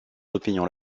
opinions